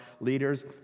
leaders